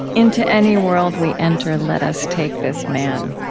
into any world we enter, let us take this man.